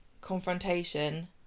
confrontation